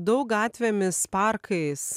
daug gatvėmis parkais